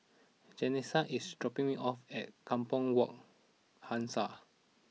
Jessenia is dropping me off at Kampong Wak Hassan